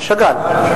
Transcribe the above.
שאגאל.